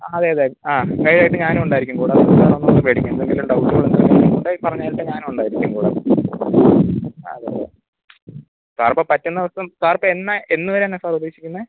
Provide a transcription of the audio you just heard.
അതെ അതെ ആ ഗൈഡായിട്ട് ഞാനും ഉണ്ടായിരിക്കും കൂടെ അതുകൊണ്ട് സാറൊന്ന് കൊണ്ടും പേടിക്കണ്ട എന്തെങ്കിലും ഡൗട്ടുകള് എന്തെങ്കിലും ഉണ്ടേൽ ഈ പറഞ്ഞാരത്തെ ഞാനും ഉണ്ടായിരിക്കും കൂടെ അതെ അതെ സാറിപ്പോൾ പറ്റുന്ന ദിവസം സാറിപ്പം എന്നാൽ എന്ന് വരാനാണ് സാറു ഉദ്ദേശിക്കുന്നത്